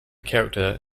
character